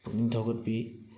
ꯄꯨꯛꯅꯤꯡ ꯊꯧꯒꯠꯄꯤ